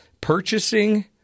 purchasing